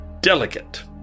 delicate